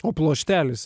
o pluoštelis